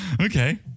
Okay